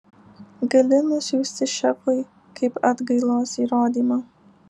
gali nusiųsti šefui kaip atgailos įrodymą